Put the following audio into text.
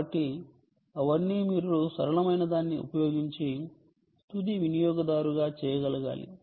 కాబట్టి అవన్నీ మీరు సరళమైనదాన్ని ఉపయోగించి తుది వినియోగదారుగా చేయగలగాలి